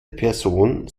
person